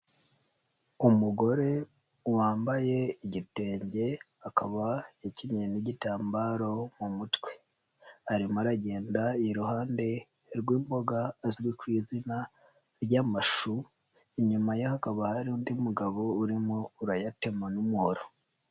Umugore wambaye igitenge akaba yakenyeye n'igitambaro mu mutwe arimo agenda iruhande rw'imboga zizwi ku izina ry'amashu, inyuma ye hakaba hari undi mugabo urimo urayatema n'umuhoro.